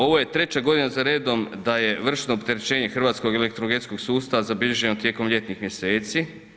Ovo je treća godina za redom da je vršno opterećenje hrvatsko elektroenergetsko sustava zabilježeno tijekom ljetnih mjeseci.